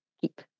keep